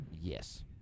Yes